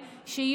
לא,